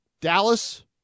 Dallas